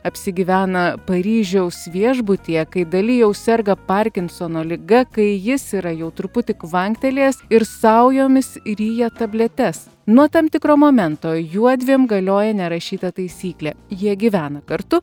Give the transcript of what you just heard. apsigyvena paryžiaus viešbutyje kai dali jau serga parkinsono liga kai jis yra jau truputį kvanktelėjęs ir saujomis ryja tabletes nuo tam tikro momento juodviem galioja nerašyta taisyklė jie gyvena kartu